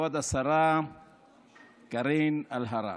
כבוד השרה קארין אלהרר,